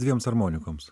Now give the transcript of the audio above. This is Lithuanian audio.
dviems armonikoms